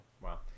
Wow